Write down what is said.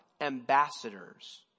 ambassadors